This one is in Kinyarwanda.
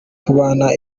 tubona